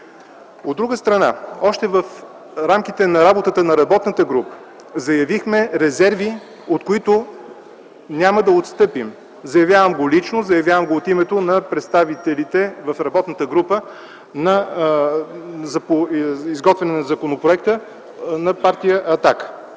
От друга страна, още в рамките на работата на работната група заявихме резерви, от които няма да отстъпим – заявявам го лично, заявявам го от името на представителите на Партия „Атака” в работната група за изготвяне на законопроекта. Става